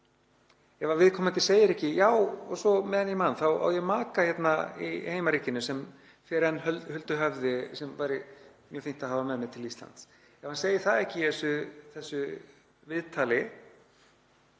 — ef viðkomandi segir ekki: Já, og svo meðan ég man þá á ég maka í heimaríkinu sem fer enn huldu höfði sem væri mjög fínt að hafa með mér til Íslands, ef hann segir það ekki í þessu viðtali